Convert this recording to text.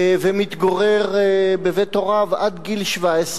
ומתגורר בבית הוריו עד גיל 17,